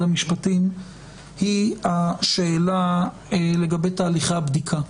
המשפטים היא השאלה לגבי תהליכי הבדיקה.